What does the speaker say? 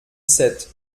sept